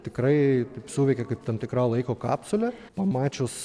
tikrai suveikia kaip tam tikra laiko kapsulė pamačius